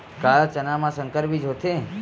का चना बर संकर बीज होथे?